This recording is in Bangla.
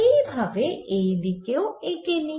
এই ভাবে এই দিকেও এঁকে নিই